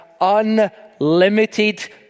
unlimited